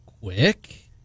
quick